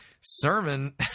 sermon